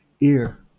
ear